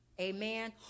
Amen